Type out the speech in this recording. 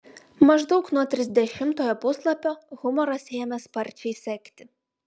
maždaug nuo trisdešimtojo puslapio humoras ėmė sparčiai sekti